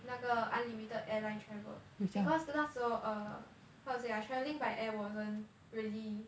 那个 unlimited airline travel because 那时候 err how to say ah travelling by air wasn't really